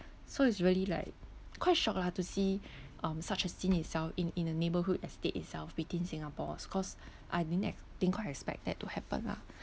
so it's really like quite shocked lah to see um such a scene itself in in a neighbourhood estate itself within singapore's cause I didn't ex~ didn't quite expect that to happen lah